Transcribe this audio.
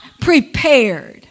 prepared